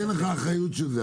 אין לך אחריות על זה,